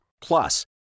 Plus